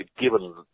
given